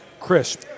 crisp